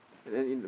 and then in